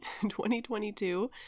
2022